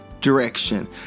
direction